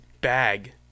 bag